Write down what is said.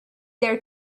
their